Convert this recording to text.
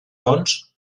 bons